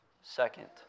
second